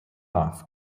off